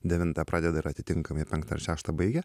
devintą pradeda ir atitinkamai penktą ar šeštą baigia